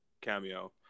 cameo